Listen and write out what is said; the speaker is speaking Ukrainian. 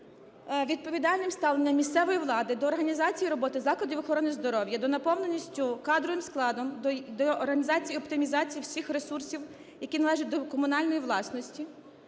відповідальним ставленням місцевої влади до організації роботи закладів охорони здоров'я, до наповненості кадровим складом, до організації і оптимізації всіх ресурсів, які належать до комунальної власності,